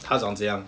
她长怎样